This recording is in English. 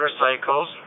motorcycles